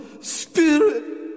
Spirit